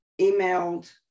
emailed